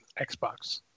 xbox